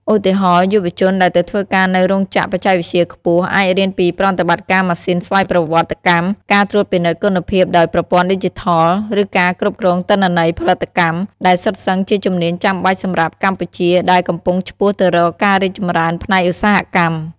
ឧទាហរណ៍ យុវជនដែលទៅធ្វើការនៅរោងចក្របច្ចេកវិទ្យាខ្ពស់ អាចរៀនពីប្រតិបត្តិការម៉ាស៊ីនស្វ័យប្រវត្តិកម្ម ការត្រួតពិនិត្យគុណភាពដោយប្រព័ន្ធឌីជីថល ឬការគ្រប់គ្រងទិន្នន័យផលិតកម្ម ដែលសុទ្ធសឹងជាជំនាញចាំបាច់សម្រាប់កម្ពុជាដែលកំពុងឆ្ពោះទៅរកការរីកចម្រើនផ្នែកឧស្សាហកម្ម។